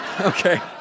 Okay